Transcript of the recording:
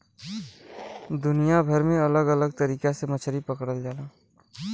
दुनिया भर में अलग अलग तरीका से मछरी पकड़ल जाला